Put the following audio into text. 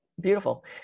Beautiful